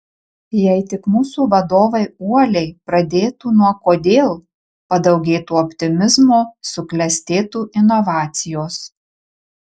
jei tik mūsų vadovai uoliai pradėtų nuo kodėl padaugėtų optimizmo suklestėtų inovacijos